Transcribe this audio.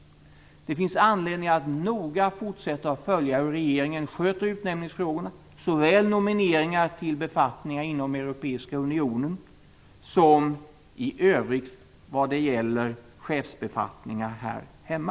Det finns anledning att fortsätta att noga följa hur regeringen sköter utnämningsfrågorna, såväl nomineringar till befattningar inom den europeiska unionen som chefsbefattningar här hemma.